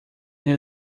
new